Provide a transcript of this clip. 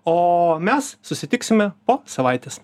o mes susitiksime po savaitės